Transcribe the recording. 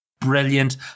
brilliant